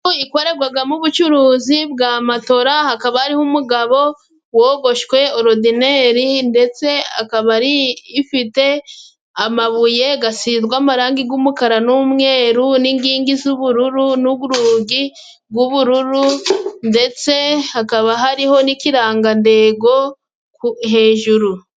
Ikorerwagamo ubucuzi bwa matora, hakaba hari umugabo wogoshwe oridineri ndetse akaba ari ifite amabuye gasigwa amarangi g'umukara n'umweru n'inkingi z'ubururu n'urugi bw'ubururu ndetse hakaba hariho n'ikirangandengo hejuru.